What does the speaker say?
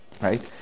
Right